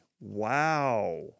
Wow